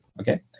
Okay